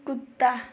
कुत्ता